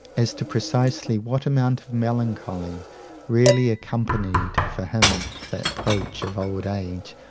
as to precisely what amount of melancholy really accompanied for him the approach of old age,